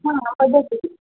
हा वदतु